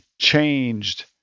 changed